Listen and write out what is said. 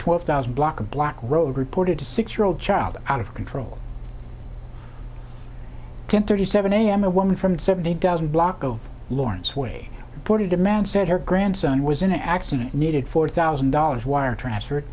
twelve thousand block of black road reported to six year old child out of control ten thirty seven a m a woman from seventy thousand block of lawrence way to demand said her grandson was in an accident needed four thousand dollars wire transfer